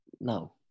No